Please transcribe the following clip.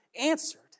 answered